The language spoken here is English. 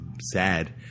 sad